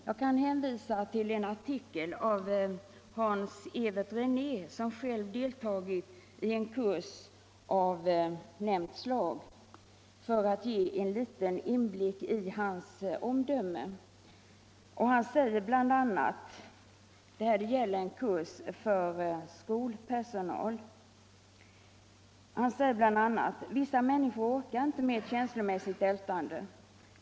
Jag kan hänvisa till en artikel av Hans Evert René, som själv deltagit i en kurs av nämnt slag, för att ge en liten inblick i hans omdöme. Han säger bl.a. när det gäller en kurs för skolpersonal: ”Vissa människor orkar inte med ett känslomässigt ältande.